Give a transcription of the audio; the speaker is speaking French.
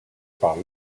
par